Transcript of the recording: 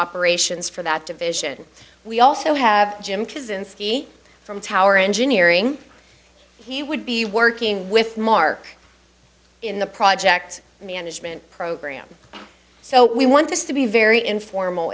operations for that division we also have jim kaczynski from tower engineering he would be working with mark in the project management program so we want this to be very informal